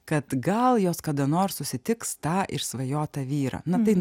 kad gal jos kada nors susitiks tą